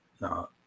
No